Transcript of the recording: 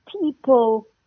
people